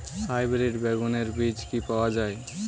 Hybrid বেগুনের বীজ কি পাওয়া য়ায়?